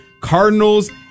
cardinals